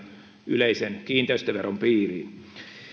yleisen kiinteistöveron piiriin